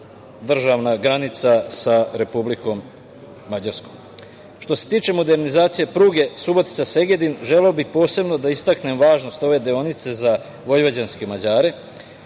državna granica sa Republikom Mađarskom. Što se tiče modernizacije pruge Subotica – Segedni, želeo bih posebno da istaknem važnost ove deonice za vojvođanske Mađare.